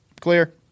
clear